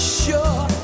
sure